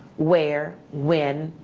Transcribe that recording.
where, when,